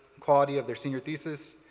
quality of their senior thesis,